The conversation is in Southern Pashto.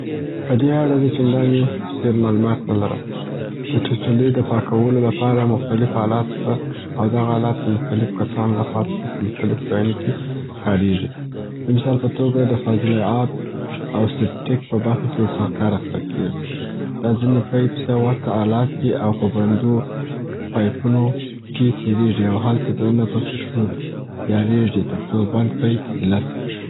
په دې اړه زه چنداني ډېر معلومات نه لرم. د چټلي د پاکولو لپاره مختلف آلات سته او دغه آلات د مختلفو کسانو لخوا څخه په مختلفو ځایونو کې کاریږي. د مثال په توګه د فاضله آب او سیپټیک په برخه کې ور څخه کار اخیستل کیږي. دا ځیني پیپ ته ورته آلات دي او په بندو پایپونو کې تیریږي او هلته دننه پکښي ښوري یا ریږدي تر څو بند پیپ ایله سي.